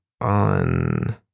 on